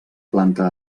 planta